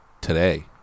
today